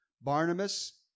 Barnabas